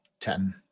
Ten